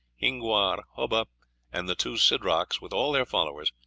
hingwar, hubba, and the two sidrocs, with all their followers,